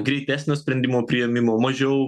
greitesnio sprendimų priėmimo mažiau